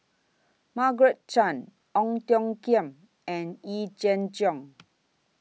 Margaret Chan Ong Tiong Khiam and Yee Jenn Jong